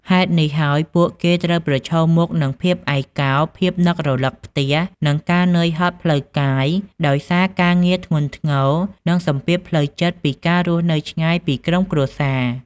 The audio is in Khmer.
ហេតុនេះហើយ ពួកគេត្រូវប្រឈមមុខនឹងភាពឯកកោ ភាពនឹករលឹកផ្ទះ និងការនឿយហត់ផ្លូវកាយដោយសារការងារធ្ងន់ធ្ងរ និងសម្ពាធផ្លូវចិត្តពីការរស់នៅឆ្ងាយពីក្រុមគ្រួសារ។